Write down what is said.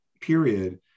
period